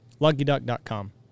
LuckyDuck.com